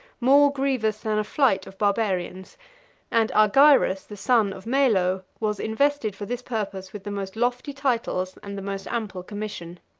more grievous than a flight of barbarians and argyrus, the son of melo, was invested for this purpose with the most lofty titles and the most ample commission.